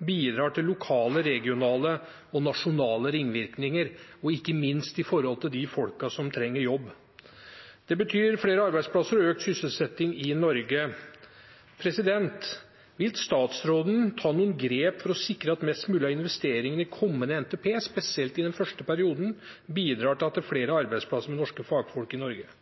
bidrar til lokale, regionale og nasjonale ringvirkninger, ikke minst med tanke på de folka som trenger jobb. Det betyr flere arbeidsplasser og økt sysselsetting i Norge. Vil statsråden ta noen grep for å sikre at mest mulig av investeringene i kommende NTP, spesielt i den første perioden, bidrar til flere arbeidsplasser med norske fagfolk i Norge?